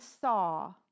saw